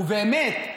ובאמת,